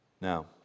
Now